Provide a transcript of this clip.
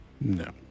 No